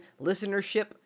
listenership